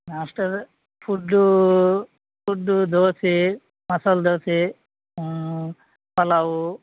ನಾಷ್ಟದ food food dosa masala dosa pulao